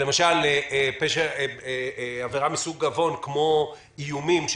שלמשל עבירה מסוג עוון כמו איומים,